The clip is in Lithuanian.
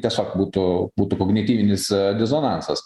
tiesiog būtų būtų kognityvinis disonansas